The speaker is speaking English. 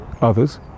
others